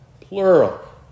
plural